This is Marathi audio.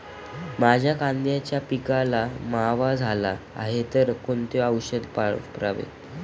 माझ्या कांद्याच्या पिकाला मावा झाला आहे तर कोणते औषध वापरावे?